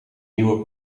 nieuwe